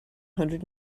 hundred